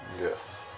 Yes